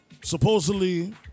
Supposedly